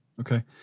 Okay